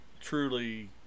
truly